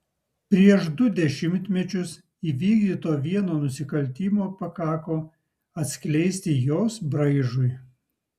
prieš du dešimtmečius įvykdyto vieno nusikaltimo pakako atskleisti jos braižui